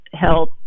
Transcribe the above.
health